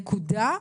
נקודה.